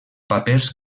papers